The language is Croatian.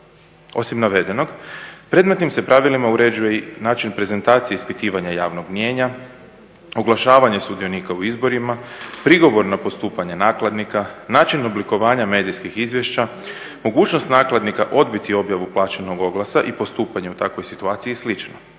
Osim navedenog, predmetnim se pravila uređuje i način prezentacije ispitivanja javnog mijenja, oglašavanja sudionika u izborima, prigovor na postupanja nakladnika, način oblikovanja medijskih izviješća, mogućnost nakladnika odbiti objavu plaćenog oglasa i postupanje u takvoj situaciji i